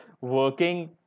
working